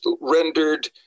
rendered